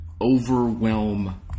overwhelm